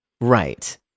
Right